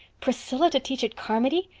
priscilla to teach at carmody!